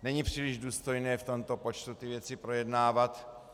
Není příliš důstojné v tomto počtu ty věci projednávat.